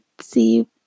see